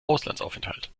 auslandsaufenthalt